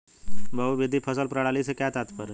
बहुविध फसल प्रणाली से क्या तात्पर्य है?